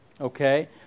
Okay